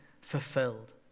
fulfilled